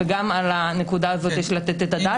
גם על הנקודה הזו יש לתת את הדעת.